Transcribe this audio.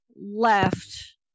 left